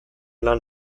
lan